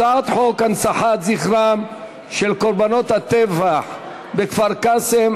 הצעת חוק הנצחת זכרם של קורבנות הטבח בכפר-קאסם,